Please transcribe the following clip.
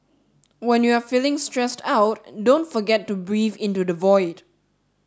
when you are feeling stressed out don't forget to breathe into the void